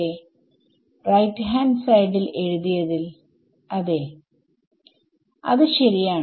വിദ്യാർത്ഥി RHS ൽ എഴുതിയതിൽ അതെ അത് ശരിയാണ്